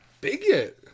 bigot